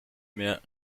mehr